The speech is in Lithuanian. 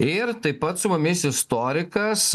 ir taip pat su mumis istorikas